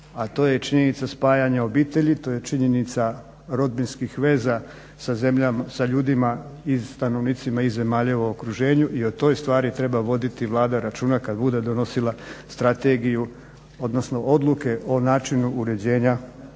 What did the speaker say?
a to je činjenica spajanja obitelji, to je činjenica rodbinskih veza sa ljudima i stanovnicima iz zemalja u okruženju i o toj stvari treba voditi Vlada računa kad bude donosila strategiju, odnosno odluke o načinu uređenja konzumiranja